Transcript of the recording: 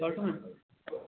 ژٔٹنہٕ